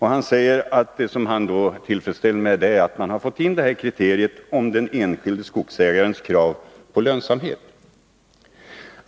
Han var tillfredsställd med att man har fått med kriteriet om den enskilde skogsägarens krav på lönsamhet.